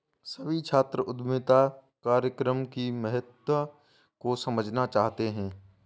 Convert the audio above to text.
सभी छात्र उद्यमिता कार्यक्रम की महत्ता को समझना चाहते हैं